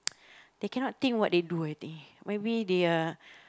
they cannot think what they do I think maybe they are